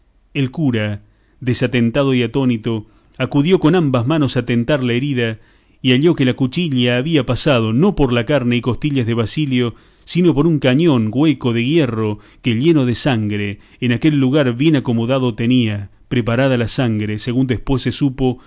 el cura desatentado y atónito acudió con ambas manos a tentar la herida y halló que la cuchilla había pasado no por la carne y costillas de basilio sino por un cañón hueco de hierro que lleno de sangre en aquel lugar bien acomodado tenía preparada la sangre según después se supo